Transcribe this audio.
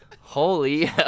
Holy